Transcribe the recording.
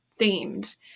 themed